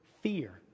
fear